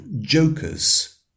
jokers